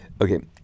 okay